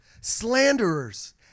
slanderers